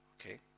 okay